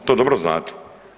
To dobro znate.